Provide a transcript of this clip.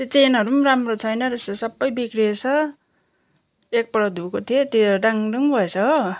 त्यो चेनहरू पनि राम्रो छैन रहेछ सबै बिग्रेछ एकपल्ट धुएको थिएँ त्यो डाङडुङ गएछ हो